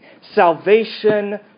Salvation